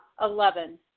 Eleven